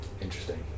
Interesting